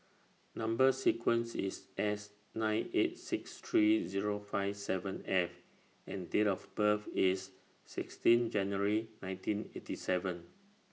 Number sequence IS S nine eight six three Zero five seven F and Date of birth IS sixteen January nineteen eighty seven